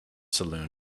saloon